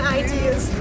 ideas